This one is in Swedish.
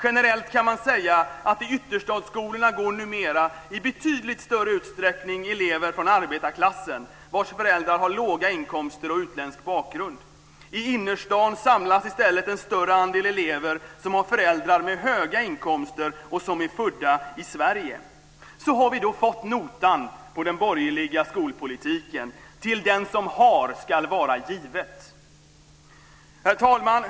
Generellt kan man säga att i ytterstadsskolorna går numera i betydligt större utsträckning elever från arbetarklassen vars föräldrar har låga inkomster och utländsk bakgrund. I innerstaden samlas i stället en större andel elever som har föräldrar med höga inkomster och som är födda i Sverige. Så har vi då fått notan på den borgerliga skolpolitiken: Till den som har skall vara givet. Herr talman!